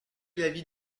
l’avis